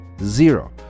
zero